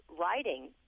writing